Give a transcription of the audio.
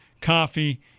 coffee